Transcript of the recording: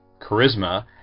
charisma